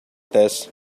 this